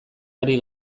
ari